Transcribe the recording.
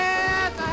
Yes